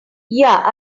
yeah